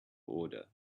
order